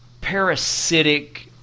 parasitic –